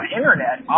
internet